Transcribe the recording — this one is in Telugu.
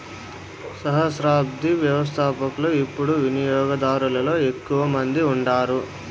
సహస్రాబ్ది వ్యవస్థపకులు యిపుడు వినియోగదారులలో ఎక్కువ మంది ఉండారు